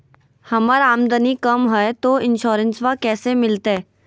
हमर आमदनी कम हय, तो इंसोरेंसबा कैसे मिलते?